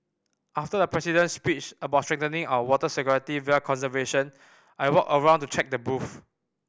after the President's speech about strengthening our water security via conservation I walked around to check the booths